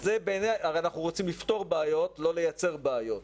הרי אנחנו רוצים לפתור בעיות, לא לייצר בעיות.